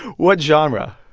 what genre?